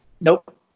Nope